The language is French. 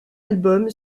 album